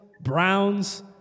Browns